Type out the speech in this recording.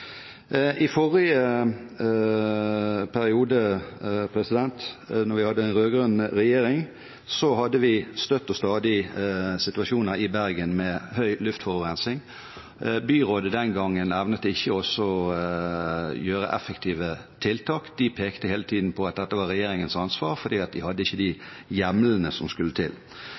I forrige periode, da vi hadde den rød-grønne regjeringen, hadde vi støtt og stadig situasjoner i Bergen med høy luftforurensing. Byrådet den gangen evnet ikke å gjøre effektive tiltak. De pekte hele tiden på at dette var regjeringens ansvar, fordi de ikke hadde de hjemlene som skulle til.